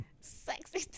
Sexy